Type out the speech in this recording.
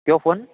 કયો ફોન